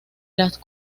las